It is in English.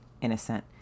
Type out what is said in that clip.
innocent